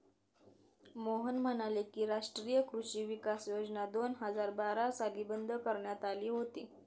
मोहन म्हणाले की, राष्ट्रीय कृषी विकास योजना दोन हजार बारा साली बंद करण्यात आली होती